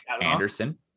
Anderson